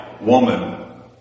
woman